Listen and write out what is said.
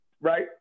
Right